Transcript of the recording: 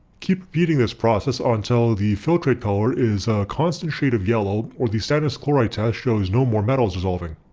keep repeating this process ah until the filtrate color is a constant shade of yellow or the stannous chloride test shows no more metals dissolving.